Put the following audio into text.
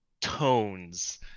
tones